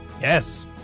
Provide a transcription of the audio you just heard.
yes